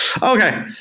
Okay